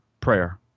prayer